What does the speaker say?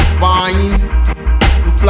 fine